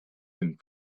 and